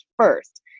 first